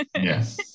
Yes